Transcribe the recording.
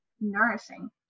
nourishing